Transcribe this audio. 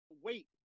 wait